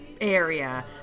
area